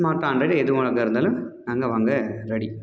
ஸ்மார்டோ ஆண்ட்ராய்டோ எது வாங்குவதா இருந்தாலும் நாங்கள் வாங்க ரெடி